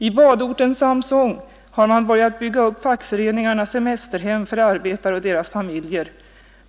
I badorten Sam Son hade man börjat bygga upp fackföreningarnas semesterhem för arbetare och deras familjer.